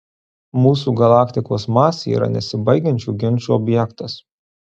mūsų galaktikos masė yra nesibaigiančių ginčų objektas